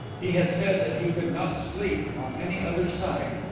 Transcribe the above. he had said that he could not sleep on any other side.